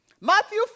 Matthew